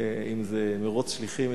אם זה מירוץ שליחים,